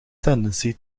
tendency